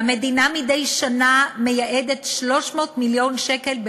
והמדינה מדי שנה מייעדת 300 מיליון שקל.